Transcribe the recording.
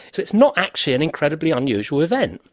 so it's not actually an incredibly unusual event.